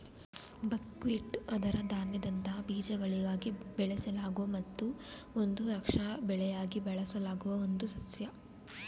buckwheat ಅದರ ಧಾನ್ಯದಂತಹ ಬೀಜಗಳಿಗಾಗಿ ಬೆಳೆಸಲಾಗೊ ಮತ್ತು ಒಂದು ರಕ್ಷಾ ಬೆಳೆಯಾಗಿ ಬಳಸಲಾಗುವ ಒಂದು ಸಸ್ಯ